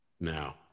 Now